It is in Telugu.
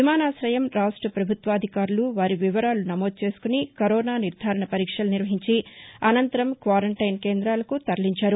విమానాశయం రాష్ట ప్రభుత్వాధికారులు వారి వివరాలు నమోదు చేసుకొని కరోనా నిర్గారణ పరీక్షలు నిర్వహించి అనంతరం క్వారంటైన్ కేందాలకు తరలించారు